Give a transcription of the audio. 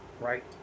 Right